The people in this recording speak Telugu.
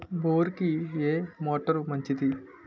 బోరుకి ఏ మోటారు మంచిది?